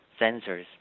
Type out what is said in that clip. sensors